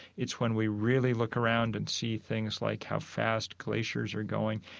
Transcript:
it's when we really look around and see things like how fast glaciers are going.